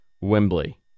Wembley